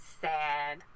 Sad